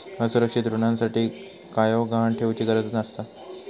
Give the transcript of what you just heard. असुरक्षित ऋणासाठी कायव गहाण ठेउचि गरज नसता